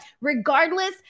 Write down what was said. Regardless